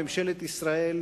ממשלת ישראל,